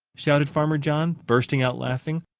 shouted farmer john, bursting out laughing.